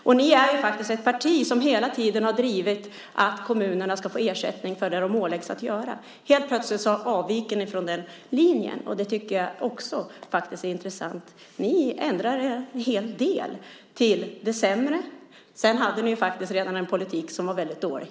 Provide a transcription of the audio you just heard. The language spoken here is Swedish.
Moderaterna är ju ett parti som hela tiden drivit frågan att kommunerna ska få ersättning för det som de åläggs att göra. Helt plötsligt avviker ni från den linjen. Det tycker jag är intressant. Ni ändrar er en hel del till det sämre. Sedan hade ni redan tidigare en dålig politik.